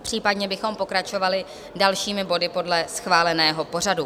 Případně bychom pokračovali dalšími body podle schváleného pořadu.